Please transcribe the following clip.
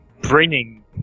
bringing